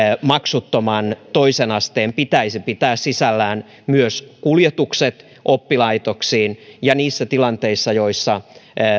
maksuttoman toisen asteen pitäisi pitää sisällään myös kuljetukset oppilaitoksiin ja niissä tilanteissa joissa